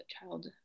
child